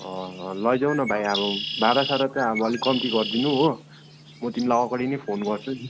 अँ लैजाऊ न भाइ अब भाडासाडा त आब अलि कम्ती गरिदिनु हो म तिमीलाई अगाडिनै फोन गर्छु नि